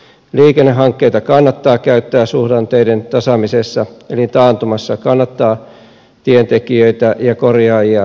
liikennehankkeita kannattaa käyttää suhdanteiden tasaamisessa eli taantumassa kannattaa tientekijöitä ja korjaajia työllistää enemmän